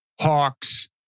hawks